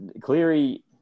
Cleary